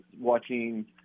watching